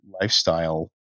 lifestyle